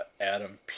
Adam